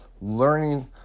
learning